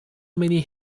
many